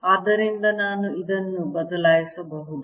ಆದ್ದರಿಂದ ನಾನು ಇದನ್ನು ಬದಲಾಯಿಸಬಹುದು